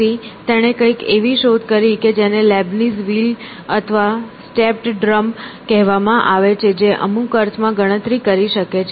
તેથી તેણે કંઈક એવી શોધ કરી કે જેને લીબનીઝ વ્હીલ અથવા સ્ટેપ્ડ ડ્રમ કહેવામાં આવે છે જે અમુક અર્થમાં ગણતરી કરી શકે છે